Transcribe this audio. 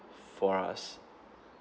for us